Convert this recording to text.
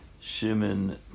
Shimon